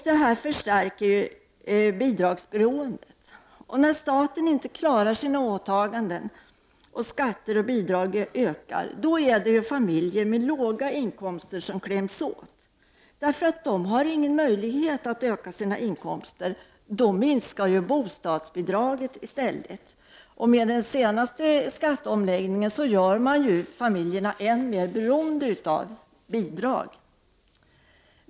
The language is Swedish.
Detta förstärker bidragsberoendet. När staten inte klarar sina åtaganden och skat-' ter och bidrag ökar är det familjer med låga inkomster som kläms åt. De har nämligen inte någon möjlighet att öka sina inkomster — då minskar bostadsbidraget. Den senaste skatteomläggningen gör familjerna än mer beroende av bidrag.